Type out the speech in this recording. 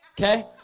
Okay